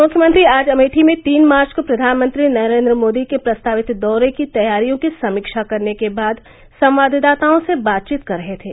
मुख्यमंत्री आज अमेठी में तीन मार्च को प्रधानमंत्री नरेन्द्र मोदी के प्रस्तावित दौरे की तैयारियों की समीक्षा करने के बाद संवाददाताओं से बात कर रहे थे